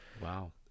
Wow